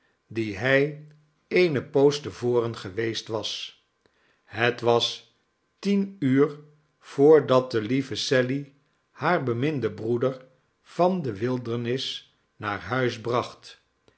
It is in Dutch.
die hij eene poos te voren geweest was het was tien uur voordat de lieve sally haar beminden broeder van de wildernis naar huis bracht